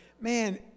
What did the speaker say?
man